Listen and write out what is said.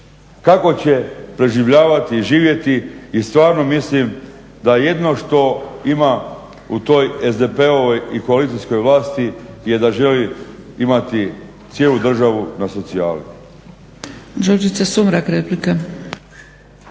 kako će preživljavati i živjeti i stvarno mislim da jedino što ima u toj SDP-ovoj i koalicijskoj vlasti je da želi imati cijelu državu na socijali.